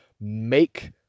make